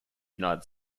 united